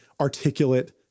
articulate